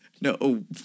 No